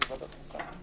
בבקשה.